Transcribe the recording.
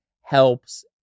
helps